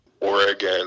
Oregon